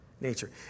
nature